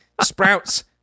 Sprouts